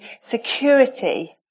security